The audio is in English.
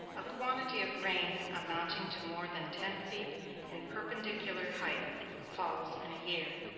a quantity of rain amounting to more than ten feet in perpendicular height falls in a year.